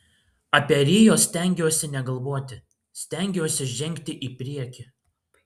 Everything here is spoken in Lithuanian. apie rio stengiuosi negalvoti stengiuosi žengti į priekį